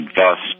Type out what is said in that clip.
thus